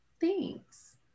Thanks